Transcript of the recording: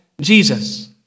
Jesus